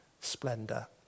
splendor